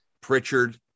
Pritchard